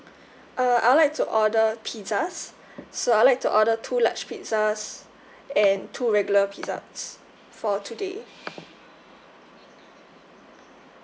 uh I would like to order pizzas so I'd like to order two large pizzas and two regular pizzas for today